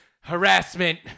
harassment